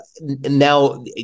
now